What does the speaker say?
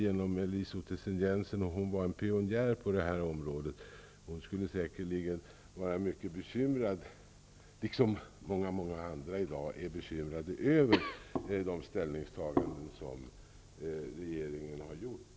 Elise Ottesen-Jensen som var pionjär på det här området skulle säkerligen vara mycket bekymrad, precis som många andra är i dag, över de ställningstaganden som regeringen nu har gjort.